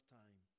time